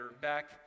back